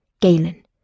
Galen